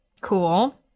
Cool